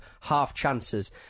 half-chances